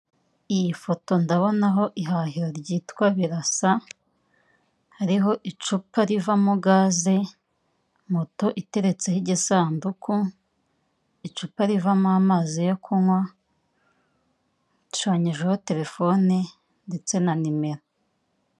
Iyi foto ndabonaho ihahira ryitwa birasa, hariho icupa rivamo gaze, moto iteretseho igisanduku, icupa rivamo amazi yo kunywa, hashushanyijeho telefone ndetse na nimero.